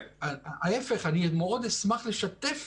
ההיפך, אני מאוד אשמח לשתף